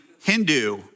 Hindu